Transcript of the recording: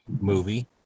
movie